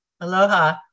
Aloha